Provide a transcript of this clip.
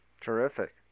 Terrific